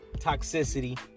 toxicity